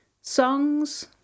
songs